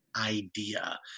idea